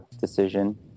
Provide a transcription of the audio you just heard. decision